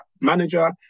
manager